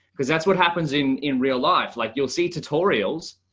because that's what happens in in real life. like, you'll see tutorials,